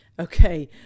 Okay